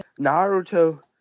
Naruto